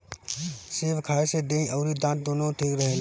सेब खाए से देहि अउरी दांत दूनो ठीक रहेला